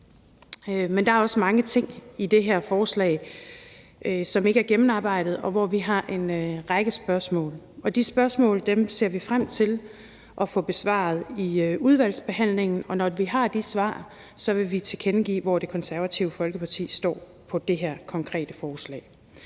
Men der er også mange ting i det her forslag, som ikke er gennemarbejdet, og hvor vi har en række spørgsmål. Og de spørgsmål ser vi frem til at få besvaret i udvalgsbehandlingen, og når vi har de svar, vil vi tilkendegive, hvor Det Konservative Folkeparti står på det her konkrete forslag.